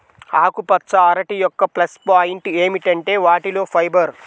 ఆకుపచ్చ అరటి యొక్క ప్లస్ పాయింట్ ఏమిటంటే వాటిలో ఫైబర్